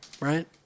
Right